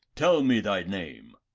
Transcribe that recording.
tell me thy name.